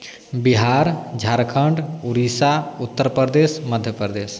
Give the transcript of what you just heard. Bihar Jharkhand Orissa Uttar Pradesh Madhya Pradesh